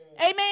Amen